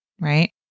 right